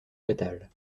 fatale